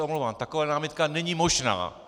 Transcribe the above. Omlouvám se, taková námitka není možná.